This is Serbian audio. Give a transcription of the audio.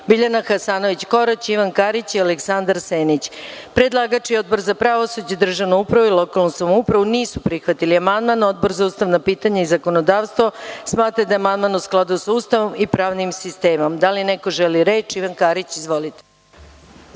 Biljana Hasanović Korać, Ivan Karić i Aleksandar Senić. Predlagač i Odbor za pravosuđe, državnu upravu i lokalnu samoupravu nisu prihvatili amandman. Odbor za ustavna pitanja i zakonodavstvo smatra da je amandman u skladu sa Ustavom i pravnim sistemom. Da li neko želi reč? (Da)Reč ima narodni